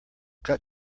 cut